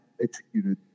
executed